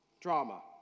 drama